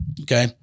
okay